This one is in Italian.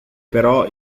però